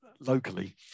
locally